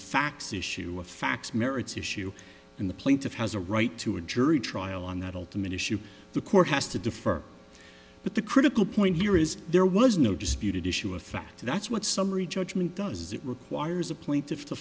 facts issue of facts merits issue in the plaintiff has a right to a jury trial on that ultimate issue the court has to defer but the critical point here is there was no disputed issue of fact that's what summary judgment does it requires a plaint